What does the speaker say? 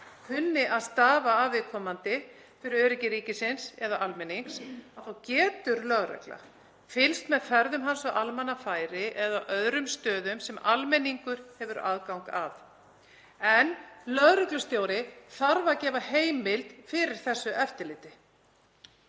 kunni að stafa af viðkomandi fyrir öryggi ríkisins eða almenning. Þá getur lögregla fylgst með ferðum hans á almannafæri eða öðrum stöðum sem almenningur hefur aðgang að, en lögreglustjóri þarf að gefa heimild fyrir þessu eftirliti.